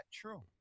true